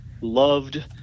loved